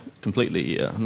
completely